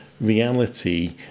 reality